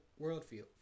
worldview